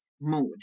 mode